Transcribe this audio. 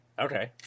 Okay